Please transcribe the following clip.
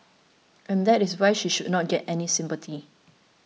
and that is why she should not get any sympathy